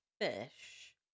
fish